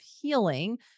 healing